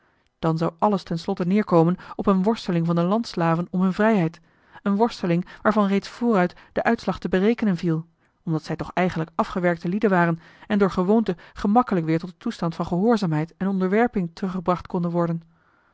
dan zou alles ten slotte neerkomen op een worsteling van de land slaven om hun vrijheid een worsteling waarvan reeds vooruit de uitslag te berekenen viel omdat zij toch eigenlijk afgewerkte lieden waren en door gewoonte gemakkelijk weer tot den toestand van gehoorzaamheid en onderwerping teruggebracht konden worden